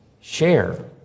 share